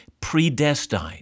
predestined